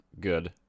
good